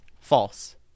False